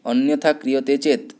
अन्यथा क्रियते चेत्